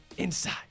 Inside